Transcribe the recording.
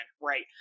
right